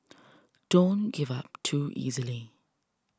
don't give up too easily